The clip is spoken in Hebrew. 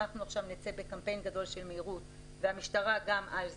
אנחנו עכשיו נצא בקמפיין גדול של מהירות והמשטרה גם על זה.